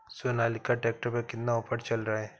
Sonalika tractor पर कितना offer चल रहा है?